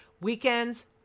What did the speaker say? Weekends